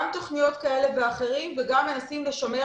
גם תוכניות כאלה ואחרות וגם מנסים לשמר